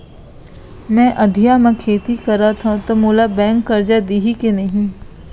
मैं अधिया म खेती करथंव त मोला बैंक करजा दिही के नही?